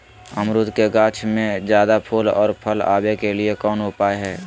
अमरूद के गाछ में ज्यादा फुल और फल आबे के लिए कौन उपाय है?